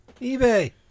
eBay